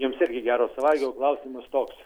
jums irgi gero savaitgalio o klausimas toks